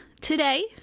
Today